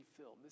filled